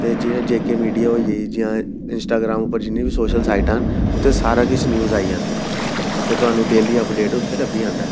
ते जि'यां जे के मीडिया होई गेई जां इंस्टाग्राम पर जि'न्नी बी सोशल साइटां न उत्थें सारा किश न्यूज़ आई जंदी न ते थाह्नूं डेली अपडेट उत्थें लब्भी जंदा ऐ